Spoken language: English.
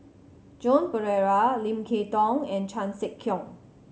Joan Pereira Lim Kay Tong and Chan Sek Keong